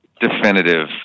definitive